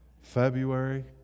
February